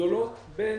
נעה בין